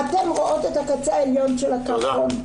אתם רואים את הקצה העליון של הקרחון.